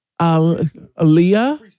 Aaliyah